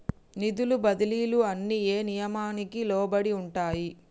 నిధుల బదిలీలు అన్ని ఏ నియామకానికి లోబడి ఉంటాయి?